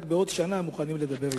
רק בעוד שנה מוכנים לדבר אתי.